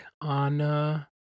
on